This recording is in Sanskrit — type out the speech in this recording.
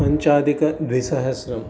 पञ्चाधिकद्विसहस्रम्